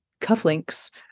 cufflinks